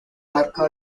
marca